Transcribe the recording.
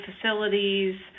facilities